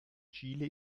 chile